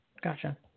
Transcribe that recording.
Gotcha